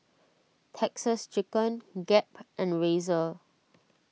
Texas Chicken Gap and Razer